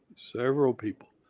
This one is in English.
several people.